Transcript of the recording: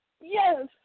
Yes